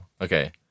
Okay